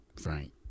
Frank